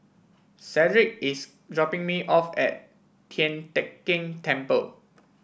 Cedrick is dropping me off at Tian Teck Keng Temple